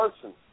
person